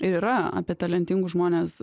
yra apie talentingus žmones